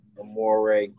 Amore